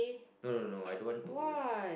no no no I don't want to